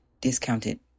discounted